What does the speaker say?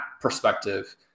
perspective